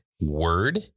word